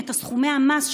את סכומי המס,